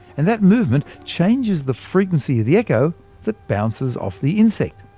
and that movement changes the frequency of the echo that bounces off the insect.